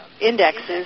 indexes